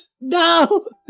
no